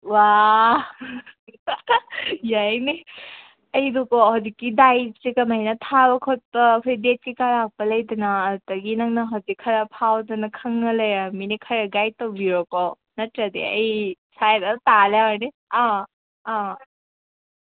ꯋꯥ ꯌꯥꯏꯅꯦ ꯑꯩꯗꯨꯀꯣ ꯍꯧꯖꯤꯛꯀꯤ ꯗꯥꯏꯠꯁꯤ ꯀꯃꯥꯏꯅ ꯊꯥꯕ ꯈꯣꯠꯄ ꯑꯩꯈꯣꯏ ꯗꯦꯠꯁꯦ ꯆꯥꯎꯔꯥꯛꯄ ꯂꯩꯗꯅ ꯑꯗꯨꯗꯒꯤ ꯅꯪꯅ ꯍꯧꯖꯤꯛ ꯈꯔ ꯐꯥꯎꯗꯅ ꯈꯪꯉꯒ ꯂꯩꯔꯕꯅꯤꯅ ꯈꯔ ꯒꯥꯏꯠ ꯇꯧꯕꯤꯔꯣ ꯀꯣ ꯅꯠꯇ꯭ꯔꯗꯤ ꯑꯩ ꯁꯥꯏꯗ ꯇꯥ ꯂꯩꯍꯧꯔꯅꯤ ꯑꯥ ꯑꯥ